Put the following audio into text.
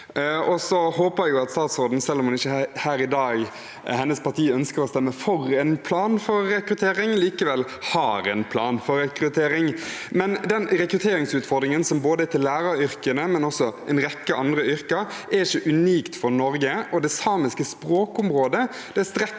Jeg håper at statsråden, selv om hennes parti her i dag ikke ønsker å stemme for en plan for rekruttering, likevel har en plan for rekruttering. Den rekrutteringsutfordringen som er til både læreryrket og også en rekke andre yrker, er ikke unik for Norge. Det samiske språkområdet strekker